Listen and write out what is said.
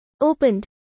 Opened